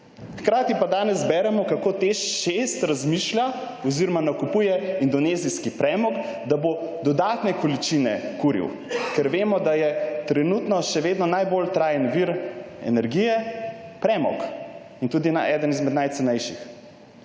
hkrati pa danes beremo, kako TEŠ 6 razmišlja oziroma nakupuje indonezijski premog, da bo kuril dodatne količine, ker vemo, da je trenutno še vedno najbolj trajen vir energije premog. In tudi eden izmed najcenejših.